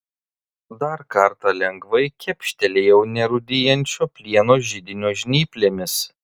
dar kartą lengvai kepštelėjau nerūdijančio plieno židinio žnyplėmis